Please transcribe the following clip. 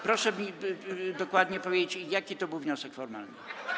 Proszę mi dokładnie powiedzieć, jaki to był wniosek formalny.